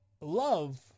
love